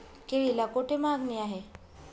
केळीला कोठे मागणी आहे?